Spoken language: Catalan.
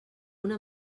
una